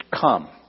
Come